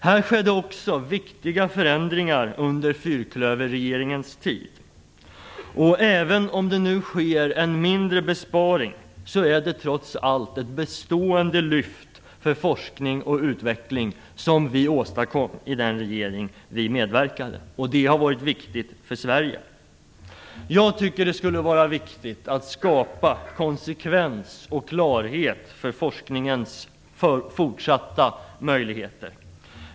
Här skedde också viktiga förändringar under fyrklöverregeringens tid. Även om det nu sker en mindre besparing, åstadkom vi trots allt ett bestående lyft för forskning och utveckling i den regering där vi medverkade. Det har varit viktigt för Jag tycker att det är viktigt att skapa konsekvens och klarhet för forskningens fortsatta möjligheter.